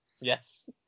Yes